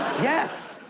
yes.